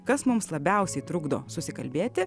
kas mums labiausiai trukdo susikalbėti